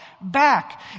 back